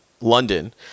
london